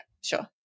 sure